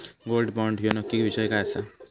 Gold bond ह्यो नक्की विषय काय आसा?